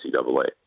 NCAA